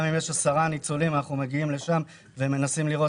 גם אם יש רק עשרה ניצולים אנחנו מגיעים לשם ומנסים לראות